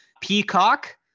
Peacock